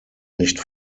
nicht